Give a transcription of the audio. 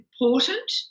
important